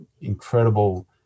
incredible